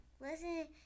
listen